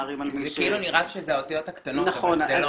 זה כאילו נראה שזה האותיות הקטנות, אבל זה לא.